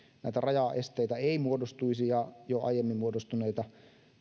näitä rajaesteitä ei muodostuisi ja jo aiemmin muodostuneita